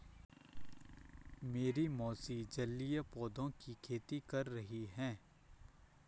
मेरी मौसी जलीय पौधों की खेती कर रही हैं